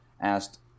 asked